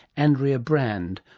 andrea brand,